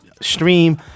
stream